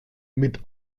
mit